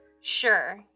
sure